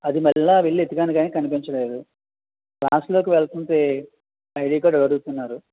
అది మళ్ళీ వెళ్ళి వెతికాను కానీ కనిపించలేదు క్లాస్లోకి వెళ్తుంటే ఐడీ కార్డ్ అడుగుతున్నారు